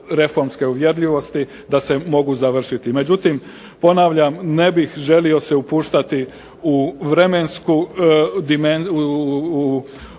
reformske uvjerljivosti, da se mogu završiti. Međutim, ponavljam, ne bih želio se upuštati u vremensku dimenziju,